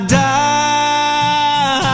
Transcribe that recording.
die